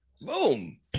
Boom